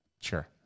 Sure